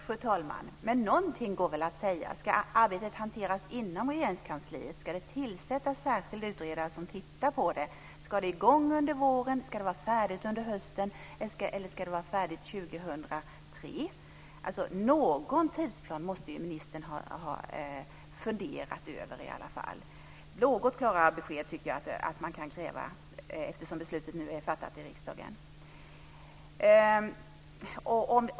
Fru talman! Men någonting går väl att säga. Ska arbetet hanteras inom Regeringskansliet? Ska det tillsättas en särskild utredare som tittar på frågan? Ska arbetet sätta i gång under våren? Ska det vara färdigt under hösten eller 2003? Någon tidsplan måste ministern ha funderat över. Något klarare besked kan man kräva, eftersom beslutet nu är fattat i riksdagen.